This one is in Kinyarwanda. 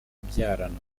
kubyarana